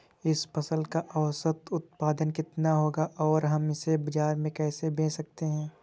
इस फसल का औसत उत्पादन कितना होगा और हम इसे बाजार में कैसे बेच सकते हैं?